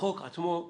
החוק עצמו,